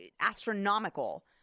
astronomical